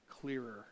clearer